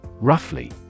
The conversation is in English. Roughly